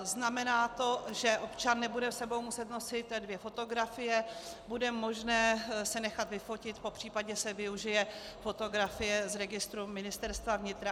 Znamená to, že občan s sebou nebude muset nosit dvě fotografie, bude možné se nechat vyfotit, popřípadě se využije fotografie z registru Ministerstva vnitra.